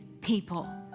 people